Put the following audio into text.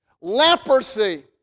Leprosy